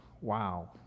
wow